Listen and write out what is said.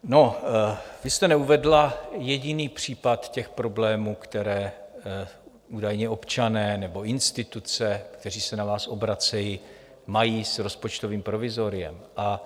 No, vy jste neuvedla jediný případ těch problémů, které údajně občané nebo instituce, které se na vás obracejí, mají s rozpočtovým provizoriem.